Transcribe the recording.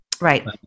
Right